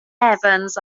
evans